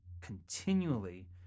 continually